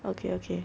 okay okay